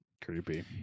Creepy